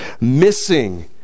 missing